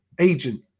Agent